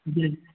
जी